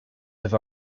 have